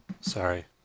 sorry